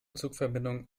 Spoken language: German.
zugverbindungen